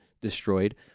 destroyed